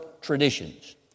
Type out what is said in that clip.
traditions